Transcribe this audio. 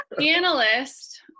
Analyst